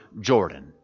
Jordan